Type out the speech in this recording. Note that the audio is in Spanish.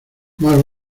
más